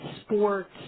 sports